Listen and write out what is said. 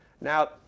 Now